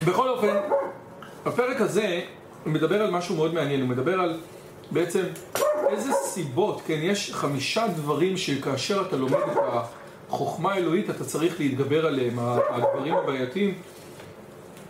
בכל אופן, הפרק הזה מדבר על משהו מאוד מעניין הוא מדבר על בעצם איזה סיבות, כן? יש חמישה דברים שכאשר אתה לומד את החוכמה האלוהית אתה צריך להתגבר עליהם, על הדברים הבעייתים